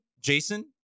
Jason